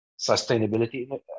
sustainability